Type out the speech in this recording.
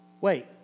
wait